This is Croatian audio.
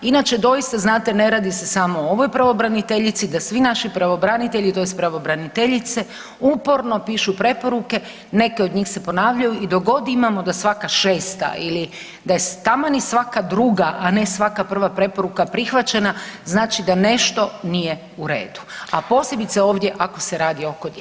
Inače doista znate ne radi se samo o ovoj pravobraniteljici da svi naši pravobranitelji tj. pravobraniteljice uporno pišu preporuke, neke od njih se ponavljaju i dok god imamo da svaka šesta ili da je taman i svaka druga, a ne svaka prva preporuka prihvaćena znači da nešto nije u redu, a posebice ovdje ako se radi oko djece.